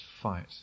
fight